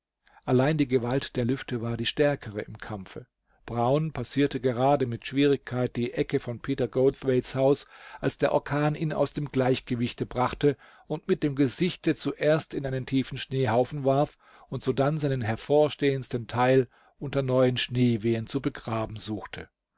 allein die gewalt der lüfte war die stärkere im kampfe brown passierte gerade mit schwierigkeit die ecke von peter goldthwaite's hause als der orkan ihn aus dem gleichgewichte brachte und mit dem gesichte zuerst in einen tiefen schneehaufen warf und sodann seinen hervorstehendsten teil unter neuen schneewehen zu begraben suchte